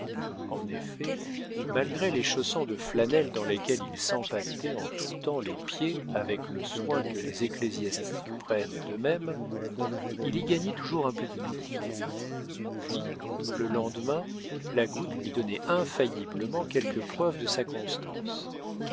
en effet malgré les chaussons de flanelle dans lesquels il s'empaquetait en tout temps les pieds avec le soin que les ecclésiastiques prennent d'eux-mêmes il y gagnait toujours un peu d'humidité puis le lendemain la goutte lui donnait infailliblement quelques preuves de sa constance